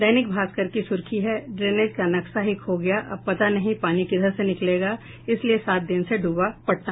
दैनिक भास्कर की सुर्खी है ड्रेनेज का नक्शा ही खो गया अब पता नहीं पानी किधर से निकलेगा इसीलिए सात दिन से डूबा पटना